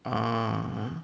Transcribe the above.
ah